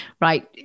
right